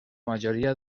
majoria